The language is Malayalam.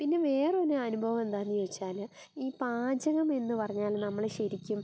പിന്നെ വേറൊരു അനുഭവം എന്താണെന്ന് ചോദിച്ചാൽ ഈ പാചകമെന്ന് പറഞ്ഞാൽ നമ്മൾ ശരിക്കും